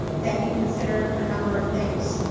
that you consider a number of things,